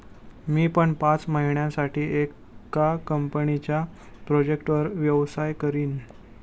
मी पण पाच महिन्यासाठी एका कंपनीच्या प्रोजेक्टवर व्यवसाय करीन